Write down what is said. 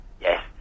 Yes